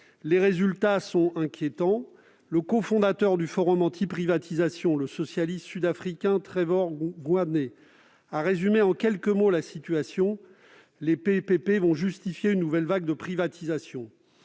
Les résultats sont inquiétants. Le cofondateur du Forum anti-privatisation (APF), le socialiste sud-africain Trevor Ngwane, a résumé en quelques mots la situation : les PPP justifieront une nouvelle vague de privatisations.